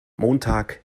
montag